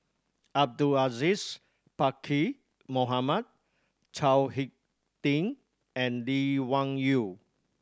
Abdul Aziz Pakkeer Mohamed Chao Hick Tin and Lee Wung Yew